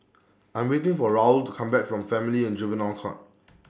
I'm waiting For Raul to Come Back from Family and Juvenile Court